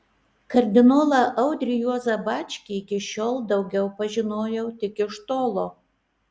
kardinolą audrį juozą bačkį iki šiol daugiau pažinojau tik iš tolo